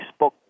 Facebook